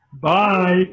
Bye